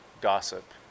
gossip